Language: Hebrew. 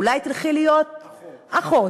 אולי תלכי להיות, אחות.